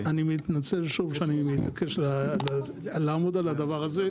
מתנצל שוב שאני מתעקש לעמוד על הדבר הזה.